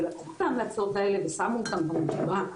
ולקחו את ההמלצות האלה ושמו אותם במגירה,